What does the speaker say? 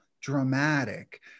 dramatic